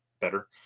better